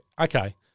Okay